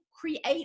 create